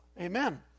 amen